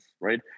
right